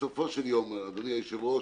בסופו של יום, אדוני היושב-ראש,